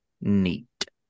Neat